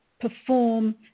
perform